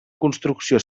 construcció